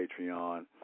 Patreon